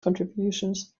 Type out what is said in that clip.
contributions